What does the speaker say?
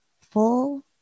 full